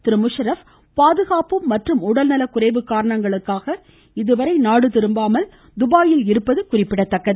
பர்வேஸ் முஸரப் பாதுகாப்பு மற்றும் உடல்நல குறைவு காரணங்களுக்காக இதுவரை நாடு திரும்பாமல் துபாயில் இருப்பது குறிப்பிடத்தக்கது